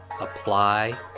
apply